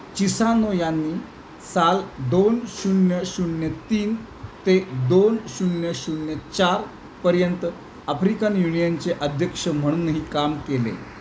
Chissano यांनी साल दोन शून्य शून्य तीन ते दोन शून्य शून्य चारपर्यंत आफ्रिकन युनियनचे अध्यक्ष म्हणूनही काम केले